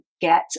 get